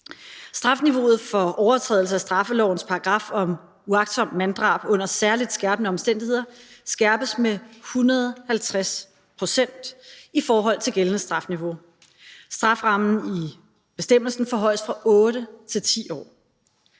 Strafniveauet for overtrædelser af straffelovens paragraf om uagtsomt manddrab under særligt skærpende omstændigheder skærpes med 150 pct. i forhold til gældende strafniveau. Strafferammen i bestemmelsen forhøjes fra 8 til 10 år.